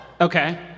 okay